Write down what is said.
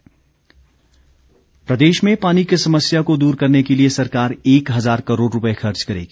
महेन्द्र सिंह प्रदेश में पानी की समस्या को दूर करने के लिए सरकार एक हजार करोड़ रूपए खर्च करेगी